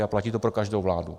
A platí to pro každou vládu.